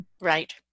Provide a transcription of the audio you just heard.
Right